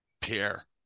Pierre